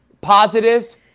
positives